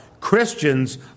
Christians